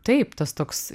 taip tas toks